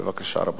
בבקשה, רבותי.